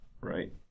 right